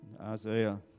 Isaiah